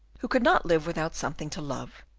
who could not live without something to love.